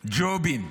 ג'ובים.